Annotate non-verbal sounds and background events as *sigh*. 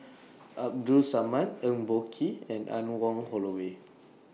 *noise* Abdul Samad Eng Boh Kee and Anne Wong Holloway